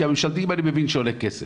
כי בממשלתיים אני מבין שזה עולה כסף.